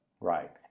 right